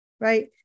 right